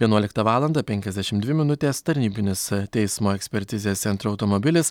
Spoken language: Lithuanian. vienuoliktą valandą penkiasdešim dvi minutės tarnybinis teismo ekspertizės centro automobilis